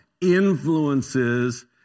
influences